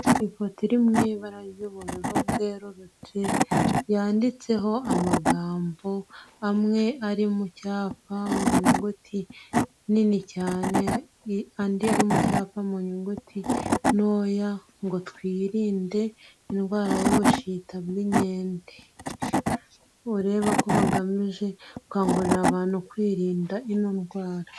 Ifoto iri mu ibara ry'ubururu bwerurutse, yanditseho amagambo amwe ari mu cyapa mu nyuguti nini cyane, andi ari mu cyapa mu nyuguti ntoya, ngo twirinde indwara y'ubushita bw'inkende. Ureba ko bagamije gukangurira abantu kwirinda ino ndwara.